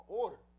order